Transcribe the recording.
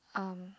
um